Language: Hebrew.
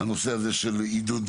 הנושא הזה של עידוד